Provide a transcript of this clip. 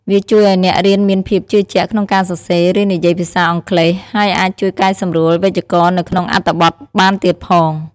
វាជួយអោយអ្នករៀនមានភាពជឿជាក់ក្នុងការសរសេរ ឬនិយាយជាភាសាអង់គ្លេស ហើយអាចជួយកែសម្រួលវេយ្យាករណ៍នៅក្នុងអត្ថបទបានទៀតផង។